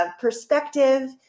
perspective